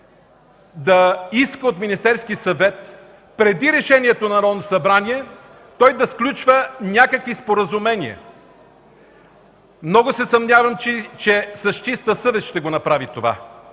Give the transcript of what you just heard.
да иска от Министерския съвет преди решението на Народното събрание, той да сключва някакви споразумения. Много се съмнявам, че с чиста съвест ще го направи това.